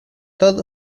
todd